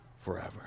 forever